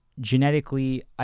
genetically